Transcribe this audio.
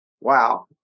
Wow